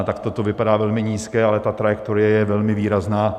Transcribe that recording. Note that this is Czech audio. Takto to vypadá velmi nízké, ale ta trajektorie je výrazná.